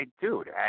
Dude